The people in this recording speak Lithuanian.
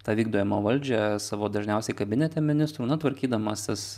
tą vykdomą valdžią savo dažniausiai kabinete ministrų na tvarkydamasis